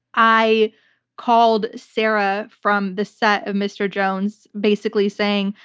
i called sarah from the set of mr. jones basically saying,